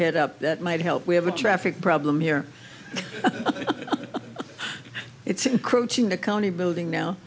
head up that might help we have a traffic problem here it's encroaching the county building now